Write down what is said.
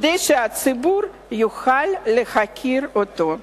כדי שהציבור יוכל להכיר אותו.